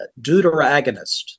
Deuteragonist